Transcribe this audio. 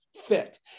fit